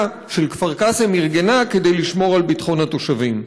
של כפר קאסם ארגנה כדי לשמור על ביטחון התושבים.